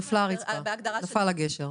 שנפלה הרצפה או נפל הגשר.